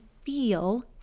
feel